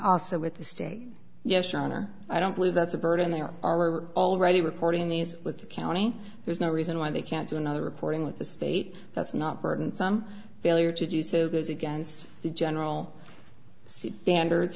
aso with the state yes your honor i don't believe that's a burden they are already recording these with the county there's no reason why they can't do another reporting with the state that's not burdensome failure to do so goes against the general standards